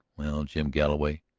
well, jim galloway,